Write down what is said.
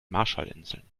marshallinseln